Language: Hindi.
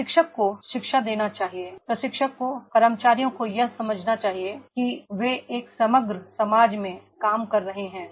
प्रशिक्षक को शिक्षा देना चाहिए प्रशिक्षक को कर्मचारियों को यह समझना चाहिए कि वे एक समग्र समाज में काम कर रहे हैं